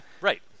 right